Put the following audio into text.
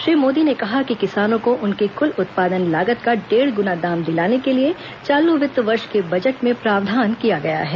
श्री मोदी ने कहा कि किसानों को उनकी कुल उत्पादन लागत का डेढ़ गुना दाम दिलाने के लिए चालू वित्त वर्ष के बजट में प्रावधान किया गया है